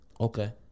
Okay